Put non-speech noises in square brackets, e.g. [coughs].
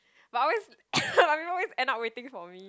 but always [coughs] everyone ends up waiting for me